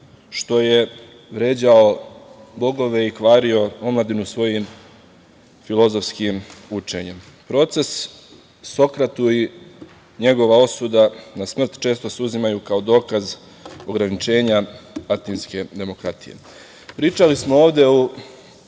što je vređao bogove i kvario omladinu svojim filozofskim učenjem. Proces Sokratu i njegova osuda na smrt često se uzimaju kao dokaz ograničenja atinske demokratije. Pričali smo ovde